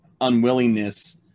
unwillingness